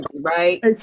right